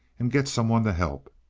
and get some one to help.